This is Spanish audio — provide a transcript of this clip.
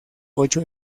ocho